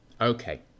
okay